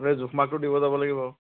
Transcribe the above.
জোখ মাখটো দিব যাব লাগিব